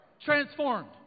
Transformed